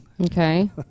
okay